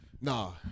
Nah